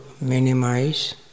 minimize